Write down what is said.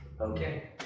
okay